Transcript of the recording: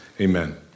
Amen